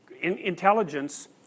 intelligence